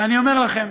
ואני אומר לכם,